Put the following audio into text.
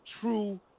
true